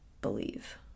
believe